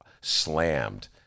slammed